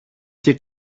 και